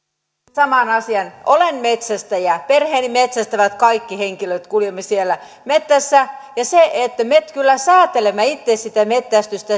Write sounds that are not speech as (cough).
samaan asiaan olen metsästäjä perheessäni metsästävät kaikki henkilöt kuljemme siellä metsässä ja me kyllä säätelemme itse sitä metsästystä (unintelligible)